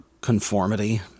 conformity